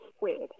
weird